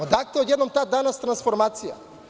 Odakle odjednom danas ta transformacija?